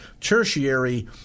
tertiary